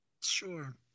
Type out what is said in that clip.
sure